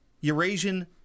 Eurasian